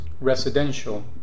residential